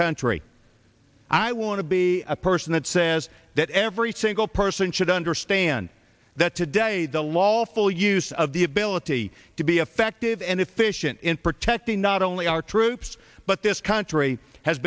country i want to be a person that says that every single person should understand that today the lawful use of the ability to be effective and efficient in protecting not only our troops but this country has